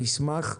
נשמח.